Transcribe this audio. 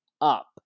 up